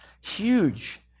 Huge